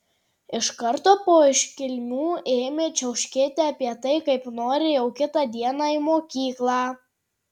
iš karto po iškilmių ėmė čiauškėti apie tai kaip nori jau kitą dieną į mokyklą